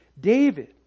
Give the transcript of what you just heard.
David